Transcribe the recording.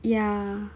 ya